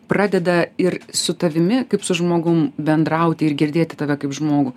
pradeda ir su tavimi kaip su žmogum bendrauti ir girdėti tave kaip žmogų